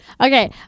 Okay